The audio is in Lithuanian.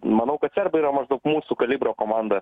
manau kad serbai yra maždaug mūsų kalibro komanda